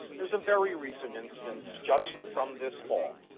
there's a very recent instance just from this fall,